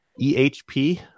EHP